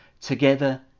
together